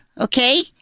okay